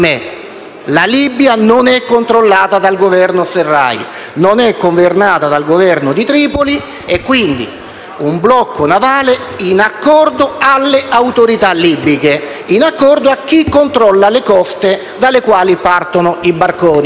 La Libia non è controllata dal Governo al-Sarraj e non è governata dal Governo di Tripoli. Ripeto, occorre un blocco navale in accordo con le autorità libiche e con chi controlla le coste dalle quali partono i barconi;